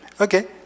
Okay